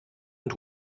und